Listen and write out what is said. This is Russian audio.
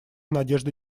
надежды